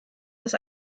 das